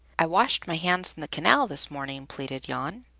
i washed my hands in the canal this morning, pleaded jan.